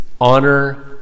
honor